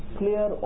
clear